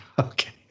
okay